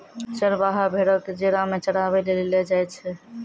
चरबाहा भेड़ो क जेरा मे चराबै लेली लै जाय छै